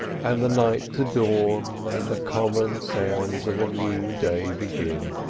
and the night to dawn, and the common sounds of a new day begin.